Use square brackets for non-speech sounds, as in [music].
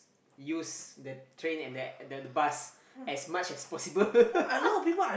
use the train and the the bus as much as possible [laughs]